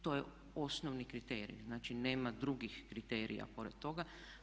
To je osnovni kriterij, znači nema drugih kriterija pored toga.